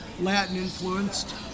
Latin-influenced